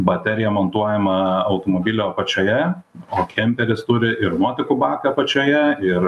baterija montuojama automobilio apačioje o kemperis turi ir nuotekų baką apačioje ir